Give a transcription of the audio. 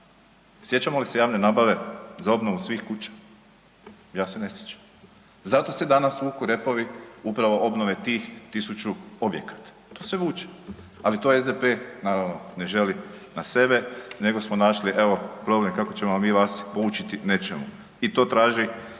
Sjećamo li se javne nabave za obnovu svih kuća? Ja se ne sjećam. Zato se danas vuku repovi upravo obnove tih 1000 objekata, to se vuče, ali to SDP naravno ne želi na sebe nego smo našli evo problem kako ćemo mi vas poučiti nečemu i to traži